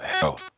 health